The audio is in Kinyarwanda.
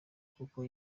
kuko